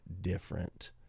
different